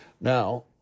Now